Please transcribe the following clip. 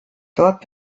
dort